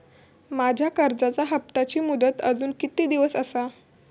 माझ्या कर्जाचा हप्ताची मुदत अजून किती दिवस असा?